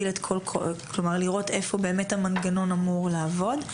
לראות איפה באמת המנגנון אמור לעבוד.